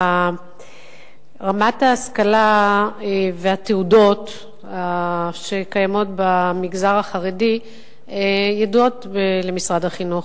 רמת ההשכלה והתעודות שקיימות במגזר החרדי ידועות למשרד החינוך.